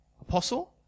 apostle